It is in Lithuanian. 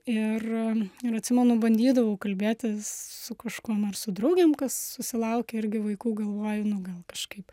ir ir atsimenu bandydavau kalbėtis su kažkuom ar su draugėm kas susilaukė irgi vaikų galvoju nu gal kažkaip